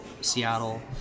Seattle